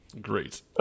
Great